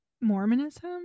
Mormonism